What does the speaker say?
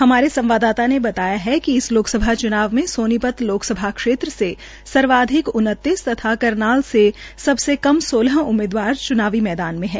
हमारे संवाददाता ने बताया है कि इस लोकसभा चुनाव में सोनीपत लोकसभा क्षेत्र से सर्वाधिक अधिक उनतीस तथा करनाल से सबसे कम सोलह उम्मीदवार चुनावी मैदान में हैं